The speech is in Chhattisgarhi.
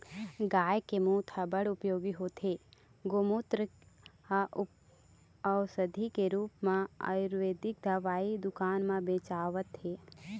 गाय के मूत ह बड़ उपयोगी होथे, गोमूत्र ह अउसधी के रुप म आयुरबेदिक दवई दुकान म बेचावत हे